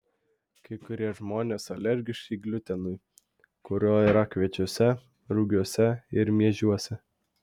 kai kurie žmonės alergiški gliutenui kurio yra kviečiuose rugiuose ir miežiuose